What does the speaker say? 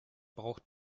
braucht